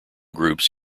groups